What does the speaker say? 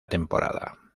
temporada